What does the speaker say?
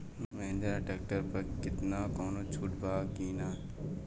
Mahindra tractor पर केतना कौनो छूट बा कि ना?